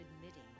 admitting